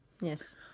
Yes